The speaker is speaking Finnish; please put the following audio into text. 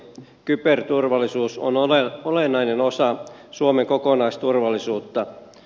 kyberturvallisuus on olennainen osa suomen kokonaisturvallisuutta